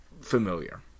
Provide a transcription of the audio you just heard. familiar